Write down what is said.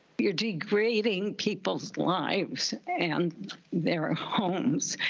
you're degrading people's lives and their homes.